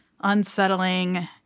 unsettling